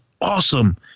awesome